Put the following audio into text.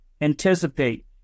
Anticipate